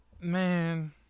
Man